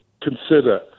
consider